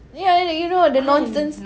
ya you know the nonsense